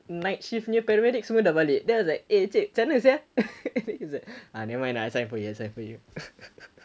night shift nya semua paramedics dah balik then I was like eh encik macam mana sia then he's like ah never mind I sign for you I sign for you